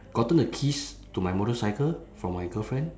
gotten the keys to my motorcycle from my girlfriend